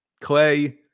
Clay